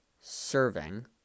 serving